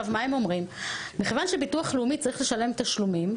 הם אומרים שמכיוון שביטוח לאומי צריך לשלם תשלומים,